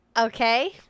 Okay